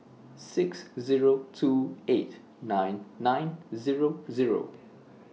six Zero two eight nine nine Zero Zero